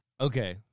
Okay